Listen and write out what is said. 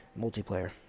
multiplayer